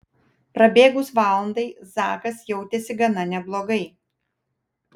prabėgus valandai zakas jautėsi gana neblogai